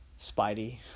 Spidey